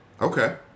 Okay